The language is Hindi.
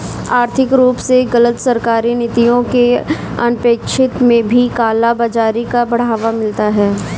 आर्थिक रूप से गलत सरकारी नीतियों के अनपेक्षित में भी काला बाजारी को बढ़ावा मिलता है